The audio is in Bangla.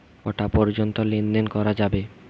কটা পর্যন্ত লেন দেন করা যাবে?